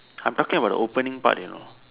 I'm talking about the opening part you know